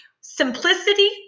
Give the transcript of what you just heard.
simplicity